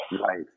Right